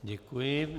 Děkuji.